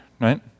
right